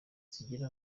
zigira